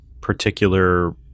particular